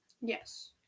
Yes